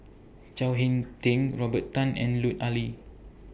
Chao Hick Tin Robert Tan and Lut Ali